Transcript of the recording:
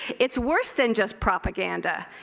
it's worse than just propaganda.